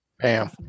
Bam